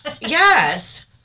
Yes